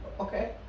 okay